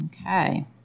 Okay